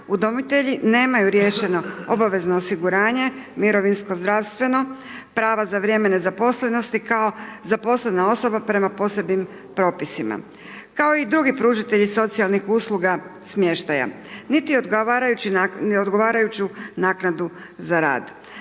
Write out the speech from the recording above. udomitelji nemaju riješeno obavezno osiguranje, mirovinsko, zdravstveno, prava za vrijeme nezaposlenosti kao zaposlena osoba prema posebnim propisima, kao i drugi pružatelji usluga smještaja niti ne odgovarajuću naknadu za rad.